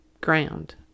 Ground